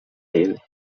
ele